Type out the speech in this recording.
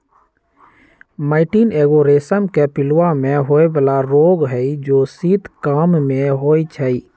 मैटीन एगो रेशम के पिलूआ में होय बला रोग हई जे शीत काममे होइ छइ